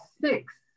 six